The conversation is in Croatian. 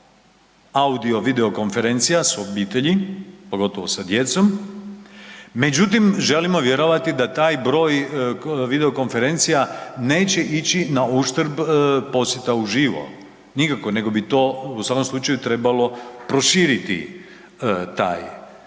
audio vidio konferencija s obitelji, pogotovo sa djecom, međutim želimo vjerovati da taj broj video konferencija neće ići na uštrb posjeta u živo, nikako, nego bi to u svakom slučaju trebalo proširiti taj,